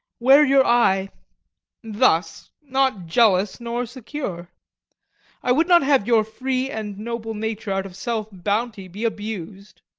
wear your eye thus, not jealous nor secure i would not have your free and noble nature, out of self-bounty, be abus'd